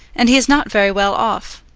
and he is not very well off.